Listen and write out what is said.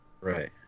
Right